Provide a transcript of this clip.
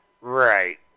Right